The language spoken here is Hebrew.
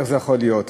איך זה יכול להיות.